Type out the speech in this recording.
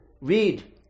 read